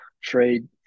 trade